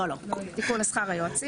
לא, לא, זה תיקון בשכר היועצים.